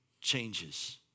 changes